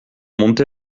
monter